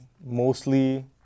mostly